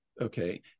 Okay